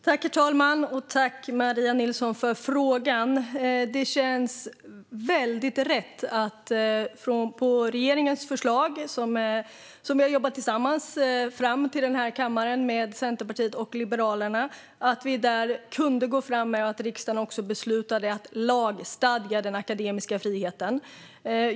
Herr talman! Tack, Maria Nilsson, för frågan! Det känns väldigt rätt att riksdagen, enligt ett förslag från regeringen som vi har jobbat fram till kammaren tillsammans med Centerpartiet och Liberalerna, har beslutat att lagstadga om den akademiska friheten.